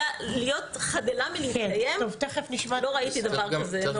ולהיות חדלה מלהתקיים לא ראיתי דבר כזה.